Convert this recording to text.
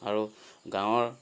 আৰু গাঁৱৰ